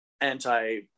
anti-